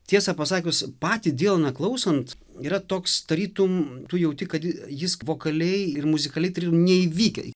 tiesą pasakius patį dylaną klausant yra toks tarytum tu jauti kad ji jis vokaliai ir muzikaliai tarytum neįvykę